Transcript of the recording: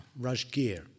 Rajgir